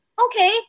Okay